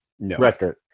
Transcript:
record